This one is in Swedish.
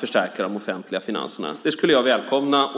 förstärka de offentliga finanserna. Det skulle jag välkomna.